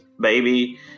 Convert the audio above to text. baby